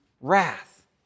wrath